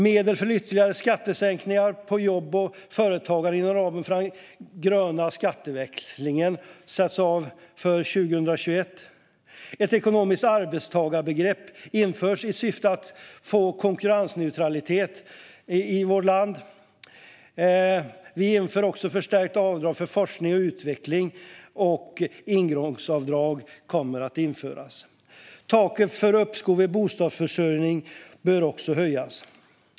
Medel för ytterligare skattesänkningar på jobb och företagande inom ramen för den gröna skatteväxlingen sätts av för 2021. Ett ekonomiskt arbetstagarbegrepp införs i syfte att skapa konkurrensneutralitet i vårt land. Vi inför också ett förstärkt avdrag för forskning och utveckling, och ett ingångsavdrag kommer att införas. Taket för uppskov vid bostadsförsäljning bör också höjas.